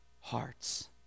hearts